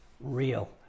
real